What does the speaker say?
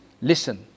listen